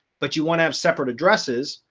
but you want to have separate addresses,